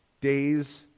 days